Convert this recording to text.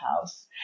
house